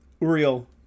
Uriel